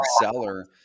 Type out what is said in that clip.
seller